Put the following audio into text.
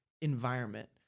environment